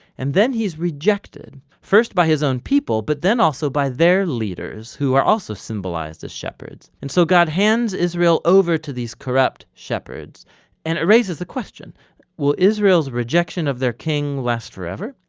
and then he's rejected first by his own people, but then also by their leaders who are also symbolized as shepherds and so god hands israel over to these corrupt shepherds and it raises the question will israel's rejection of their king last forever?